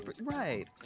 Right